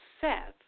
Seth